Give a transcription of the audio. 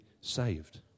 saved